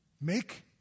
Make